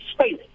space